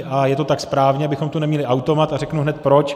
A je to tak správně, abychom tu neměli automat, a řeknu hned proč.